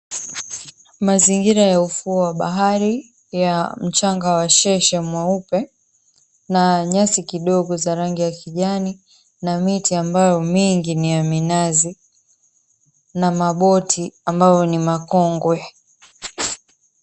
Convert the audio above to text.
Mazingira ya ufuo wa bahari ya mchanga wa sheshe mweupe na nyasi kidogo za rangi ya kijani na miti ambayo mingi ni ya minazi na maboti ambayo ni makongwe.